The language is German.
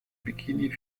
bikini